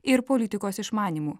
ir politikos išmanymu